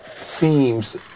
seems